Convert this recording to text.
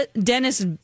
Dennis